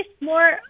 more